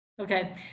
Okay